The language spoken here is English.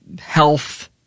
health